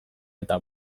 eta